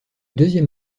deuxième